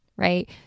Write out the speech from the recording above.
Right